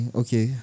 okay